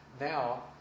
now